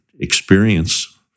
experience